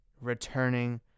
returning